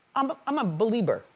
um i'm a belieber.